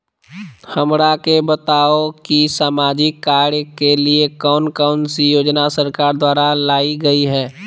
हमरा के बताओ कि सामाजिक कार्य के लिए कौन कौन सी योजना सरकार द्वारा लाई गई है?